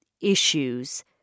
Issues